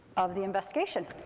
of the investigation.